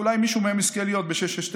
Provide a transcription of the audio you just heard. אולי מישהו מהם יזכה להיות ב-669.